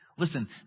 Listen